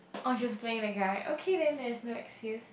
oh she was playing the guy okay then there's no excuse